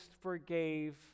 forgave